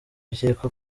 bikekwa